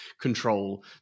control